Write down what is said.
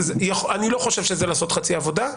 אני לא חושב שזה לעשות חצי עבודה.